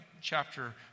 chapter